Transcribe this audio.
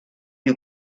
you